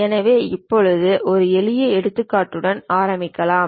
எனவே இப்போது ஒரு எளிய எடுத்துக்காட்டுடன் ஆரம்பிக்கலாம்